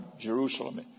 Jerusalem